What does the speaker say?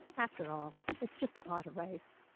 after all, it's just a pot of rice